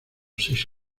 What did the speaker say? seis